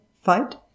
Fight